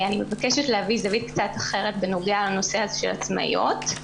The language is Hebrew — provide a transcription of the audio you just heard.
אני מבקשת להביא זווית קצת אחרת בנוגע לנושא של עצמאיות.